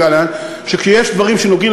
שכשיש דברים שנוגעים,